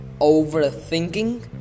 overthinking